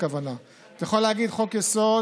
אתה יכול להגיד: חוק-יסוד